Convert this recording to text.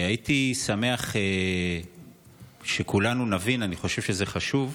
והייתי שמח שכולנו נבין, אני חושב שזה חשוב,